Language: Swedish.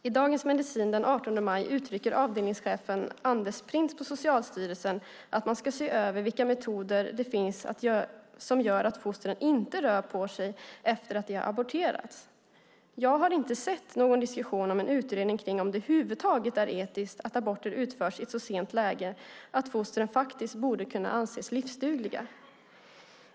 I Dagens Medicin den 18 maj uttrycker avdelningschefen Anders Printz på Socialstyrelsen att man ska se över vilka metoder det finns som gör att fostren inte rör på sig efter att de har aborterats. Jag har inte sett någon diskussion om en utredning om det över huvud taget är etiskt att aborter utförs i ett så sent läge att fostren faktiskt borde kunna anses livsdugliga.